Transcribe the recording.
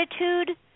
Attitude